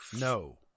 no